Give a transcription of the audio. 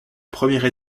première